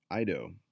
IDO